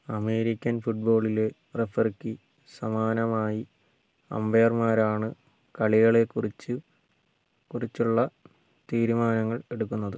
American ഫുട്ബോളിലെ റഫറിക്ക് സമാനമായി അമ്പയർമാരാണ് കളികളെക്കുറിച്ച് കുറിച്ചുള്ള തീരുമാനങ്ങൾ എടുക്കുന്നത്